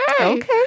okay